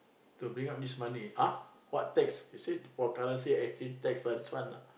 to bring out this money ah what tax they said for currency F_T tax lah this one lah